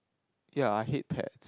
ya I hate pet